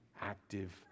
active